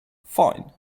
fine